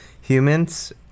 humans